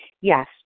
Yes